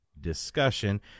discussion